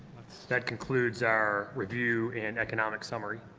that concludes our review and economic summary.